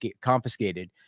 confiscated